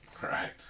Right